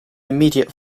immediate